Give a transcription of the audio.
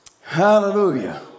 hallelujah